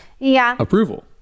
approval